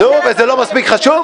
נו, וזה לא מספיק חשוב?